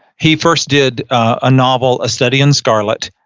he first did a novel, a study in scarlet,